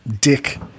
Dick